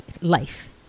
life